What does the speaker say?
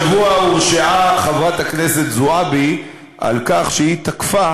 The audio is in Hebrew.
השבוע הורשעה חברת הכנסת זועבי בכך שהיא תקפה